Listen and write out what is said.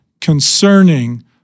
concerning